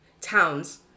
Towns